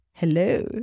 Hello